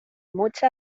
mucha